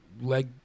leg